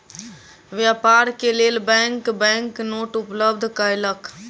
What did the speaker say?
व्यापार के लेल बैंक बैंक नोट उपलब्ध कयलक